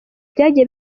byagiye